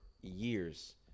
years